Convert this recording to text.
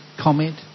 comment